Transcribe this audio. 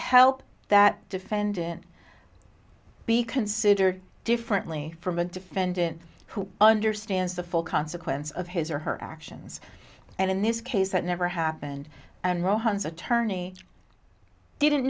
help that defendant be considered differently from a defendant who understands the full consequences of his or her actions and in this case that never happened and rowe hands attorney didn't